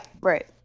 right